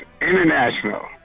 International